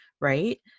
right